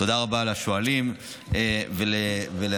תודה רבה לשואלים ולמציעים.